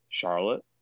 charlotte